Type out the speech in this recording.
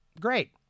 Great